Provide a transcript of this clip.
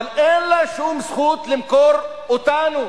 אבל אין לה שום זכות למכור אותנו,